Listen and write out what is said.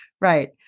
Right